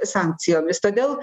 sankcijomis todėl